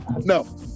No